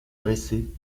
dressée